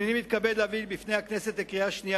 הנני מתכבד להביא בפני הכנסת לקריאה שנייה